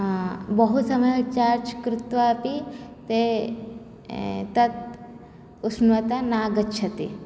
बहु समये चार्ज् कृत्वा अपि ते तत् उष्णता नागच्छति